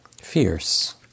fierce